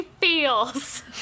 feels